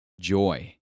joy